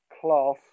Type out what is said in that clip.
class